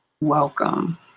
welcome